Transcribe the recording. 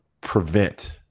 prevent